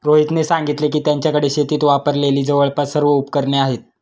रोहितने सांगितले की, त्याच्याकडे शेतीत वापरलेली जवळपास सर्व उपकरणे आहेत